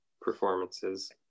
performances